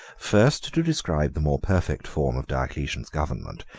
first to describe the more perfect form of diocletian's government,